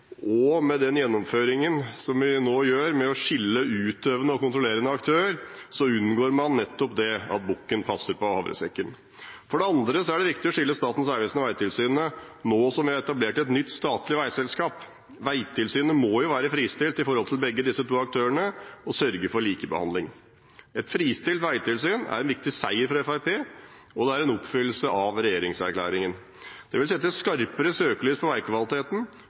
nå gjennomfører dette skillet mellom utøvende og kontrollerende aktør, unngår man nettopp at bukken passer på havresekken. For det andre er det viktig å skille Statens vegvesen og Vegtilsynet nå som vi har etablert et nytt statlig veiselskap. Vegtilsynet må jo være fristilt i forhold til begge disse to aktørene og sørge for likebehandling. Et fristilt veitilsyn er en viktig seier for Fremskrittspartiet, og det er en oppfyllelse av regjeringserklæringen. Dette vil sette et skarpere søkelys på veikvaliteten.